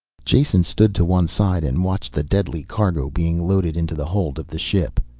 jason stood to one side and watched the deadly cargo being loaded into the hold of the ship.